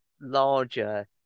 larger